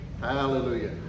Hallelujah